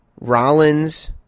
Rollins